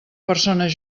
persones